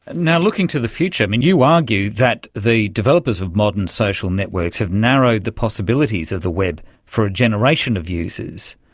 and yeah looking to the future, and you argue that the developers of modern social networks have narrowed the possibilities of the web for a generation of users.